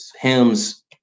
hymns